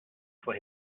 for